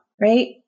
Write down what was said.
right